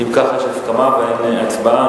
אם כך, יש הסכמה ואין הצבעה.